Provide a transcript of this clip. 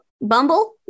Bumble